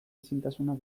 ezintasuna